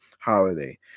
holiday